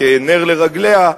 כנר לרגליה,